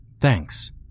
Thanks